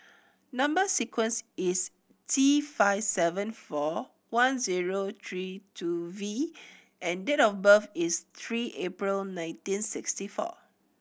number sequence is T five seven four one zero three two V and date of birth is three April nineteen sixty four